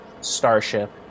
starship